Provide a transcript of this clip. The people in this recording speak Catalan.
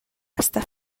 està